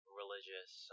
religious